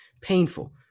painful